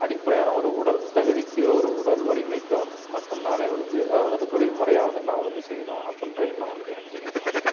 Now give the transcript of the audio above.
அடிப்பையான ஒரு உடல் தகுதிக்கோ ஒரு உடல் வலிமைக்கோ வந்துட்டு மட்டுந்தானே ஒழிஞ்சி அதை வந்துட்டு தொழில் முறையா வந்துட்டு நான் வந்துட்டு செய்யணும் அப்புடின்ற எண்ணம் வந்துட்டு எனக்கு இல்லை நன்றி